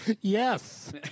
Yes